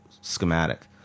schematic